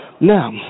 Now